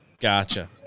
gotcha